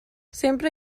sempre